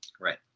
right